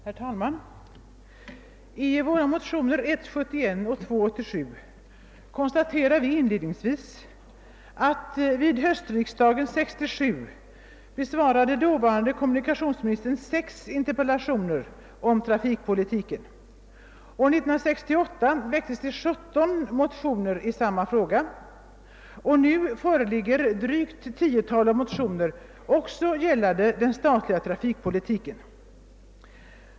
Herr talman! I våra motioner nr I: 71 och II: 87 konstaterar vi inledningsvis att vid höstriksdagen 1967 dåvarande kommunikationsministern besvarade sex interpellationer om trafikpolitiken. År 1968 väcktes det 17 motioner i samma fråga, och nu föreligger ett drygt tiotal motioner gällande den statliga trafikpolitiken.